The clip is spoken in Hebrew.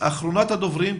אחרונת הדוברים,